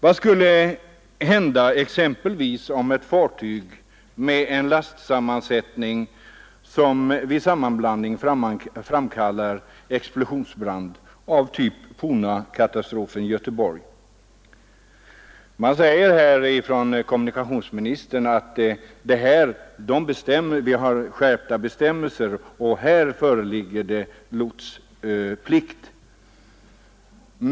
Vad skulle hända om ett fartyg med en lastsammansättning, som vid sammanblandning framkallar sådan explosionsbrand som uppstod vid Poonakatastrofen i Göteborg, exempelvis går på grund? Kommunikationsministern säger att bestämmelserna för fartyg med sådana laster har skärpts och att det i sådana fall föreligger lotsplikt.